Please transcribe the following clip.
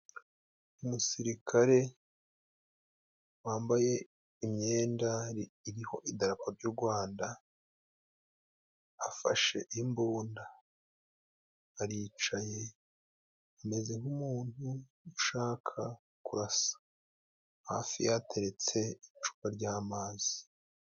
Umusirikare wambaye imyenda iriho idarapo jy'u gwanda, afashe imbunda. Aricaye, ameze nk'umuntu ushaka kurasa. Hafi ye hateretse icupa ry'amazi.